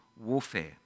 warfare